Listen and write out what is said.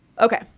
Okay